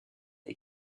est